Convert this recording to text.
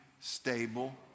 stable